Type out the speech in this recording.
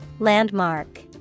Landmark